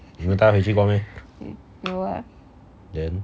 你有带回去过 meh then